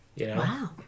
Wow